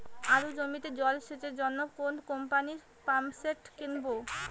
আলুর জমিতে জল সেচের জন্য কোন কোম্পানির পাম্পসেট কিনব?